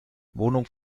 wohnung